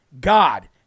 God